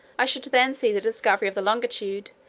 i should then see the discovery of the longitude,